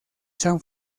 san